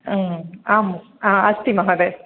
आम् अस्ति महोदय